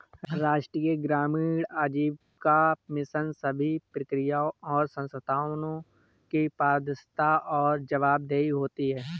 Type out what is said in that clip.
राष्ट्रीय ग्रामीण आजीविका मिशन सभी प्रक्रियाओं और संस्थानों की पारदर्शिता और जवाबदेही होती है